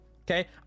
Okay